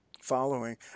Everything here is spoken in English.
following